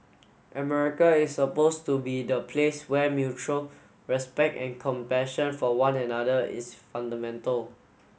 America is supposed to be the place where mutual respect and compassion for one another is fundamental